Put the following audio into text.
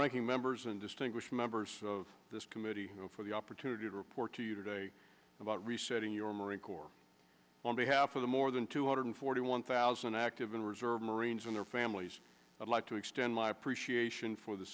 ranking members and distinguished members of this committee for the opportunity to report to you today about resetting your marine corps on behalf of the more than two hundred forty one thousand active in reserve marines and their families i'd like to extend my appreciation for the